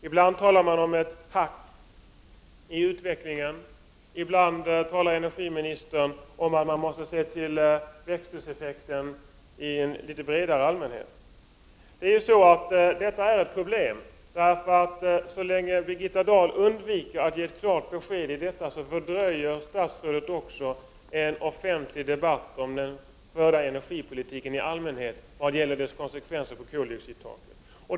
Ibland talas det om ett hack i utvecklingen, ibland talar energiministern om att man måste se på växthuseffekten i ett större sammanhang. Detta är ett problem. Så länge Birgitta Dahl undviker att ge ett klart besked fördröjs också en offentlig debatt om den förda energipolitiken i allmänhet och när det gäller dess konsekvenser på koldioxidtaket.